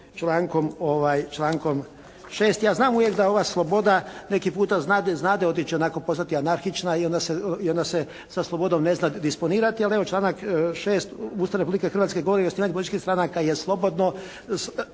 člankom 6? Ja znam da uvijek ova sloboda neki puta znade otići, onako postati anarhična i onda se sa slobodom ne zna disponirati. Ali evo, članak 6. Ustava Republike Hrvatske govori …/Govornik se ne razumije./… stranaka je slobodno